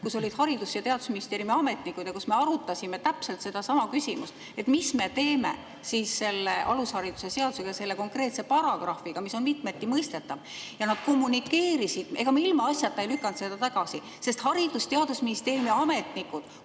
Seal olid Haridus- ja Teadusministeeriumi ametnikud ja me arutasime täpselt sedasama küsimust, mis me teeme siis selle alushariduse seaduse eelnõuga, selle konkreetse paragrahviga, mis on mitmeti mõistetav. Ega me ilmaasjata ei lükanud seda tagasi. Haridus- ja Teadusministeeriumi ametnikud